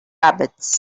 rabbits